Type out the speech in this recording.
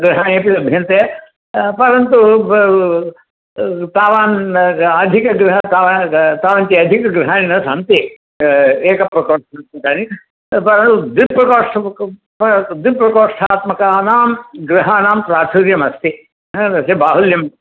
गृहाणि अपि लभ्यन्ते परन्तु ब् तावान् अधिक गृहं तावान् तावन्ति अधिकगृहाणी न सन्ति एक प्रकोष्ठात्मकानि द्विप्रकोष्ठक् द्विप्रकोष्ठात्मकानां गृहाणां प्राचुर्यमस्ति तस्य बाहुल्यं